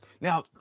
Now